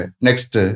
next